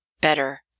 better